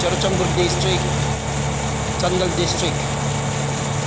Churachandpur district Chandel district